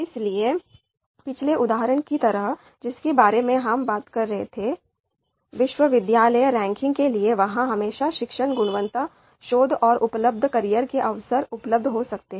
इसलिए पिछले उदाहरण की ही तरह जिसके बारे में हम बात कर रहे थे विश्वविद्यालय रैंकिंग के लिए वहां हमें शिक्षण गुणवत्ता शोध और उपलब्ध कैरियर के अवसर उपलब्ध हो सकते हैं